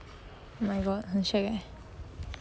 oh my god 很 shag leh